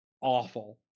awful